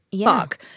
fuck